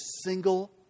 single